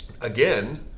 again